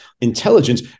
intelligence